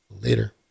Later